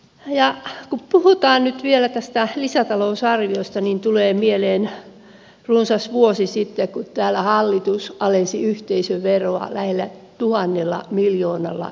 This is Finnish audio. kun puhutaan nyt vielä tästä lisätalousarviosta niin tulee mieleen kuinka runsas vuosi sitten täällä hallitus alensi yhteisöveroa lähes tuhannella miljoonalla eurolla